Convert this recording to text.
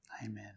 amen